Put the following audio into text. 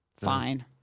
Fine